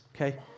okay